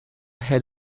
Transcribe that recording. head